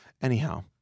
Anyhow